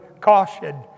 caution